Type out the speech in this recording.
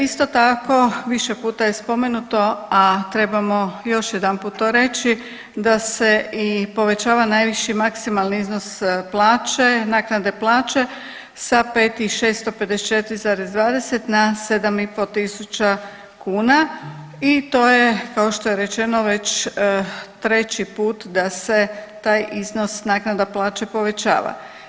Isto tako više puta je spomenuto, a trebamo još jedanput to reći da se povećava i najviši maksimalni iznos plaće, naknade plaće sa 5.654,20 na 7.500 kuna i to je kao što je rečeno već treći put da se taj iznos naknada plaće povećava.